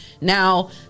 now